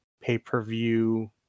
pay-per-view